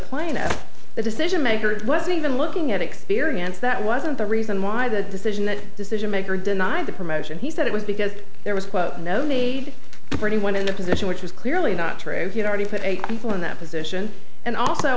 plaintiff the decision makers was even looking at experience that wasn't the reason why the decision that decision maker denied the promotion he said it was because there was no need for anyone in a position which is clearly not true if you've already put eight people in that position and also